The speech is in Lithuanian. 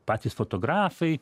patys fotografai